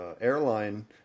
airline